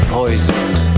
poisoned